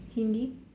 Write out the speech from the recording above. Hindi